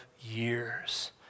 years